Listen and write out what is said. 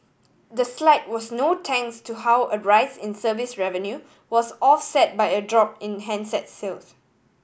the slide was no thanks to how a rise in service revenue was offset by a drop in handset sales